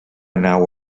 nau